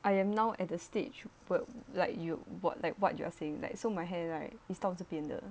I am now at the stage whe~ like you what like what you are saying like so my hair right is 到这边的